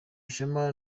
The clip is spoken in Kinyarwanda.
ishema